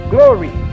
Glory